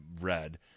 read